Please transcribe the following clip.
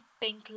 pink